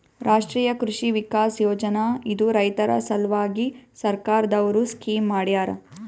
ರಾಷ್ಟ್ರೀಯ ಕೃಷಿ ವಿಕಾಸ್ ಯೋಜನಾ ಇದು ರೈತರ ಸಲ್ವಾಗಿ ಸರ್ಕಾರ್ ದವ್ರು ಸ್ಕೀಮ್ ಮಾಡ್ಯಾರ